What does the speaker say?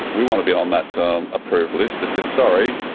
we want to be on that approved list, they said sorry,